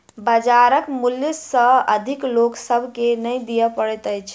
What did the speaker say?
बजारक मूल्य सॅ अधिक लोक सभ के नै दिअ पड़ैत अछि